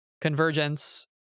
Convergence